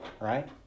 right